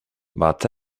but